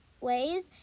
ways